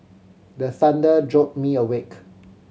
the thunder jolt me awake